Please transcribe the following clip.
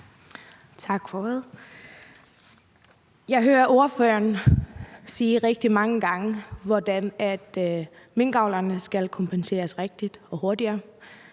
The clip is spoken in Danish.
Tak, formand. Jeg hører ordføreren sige rigtig mange gange, hvordan minkavlerne skal kompenseres rigtigt og hurtigere.